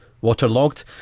waterlogged